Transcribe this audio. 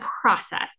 process